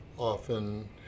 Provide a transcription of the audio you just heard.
often